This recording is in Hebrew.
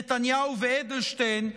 נתניהו ואדלשטיין,